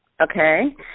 Okay